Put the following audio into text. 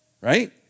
right